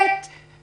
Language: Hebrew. דבר שני,